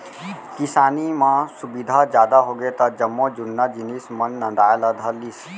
किसानी म सुबिधा जादा होगे त जम्मो जुन्ना जिनिस मन नंदाय ला धर लिस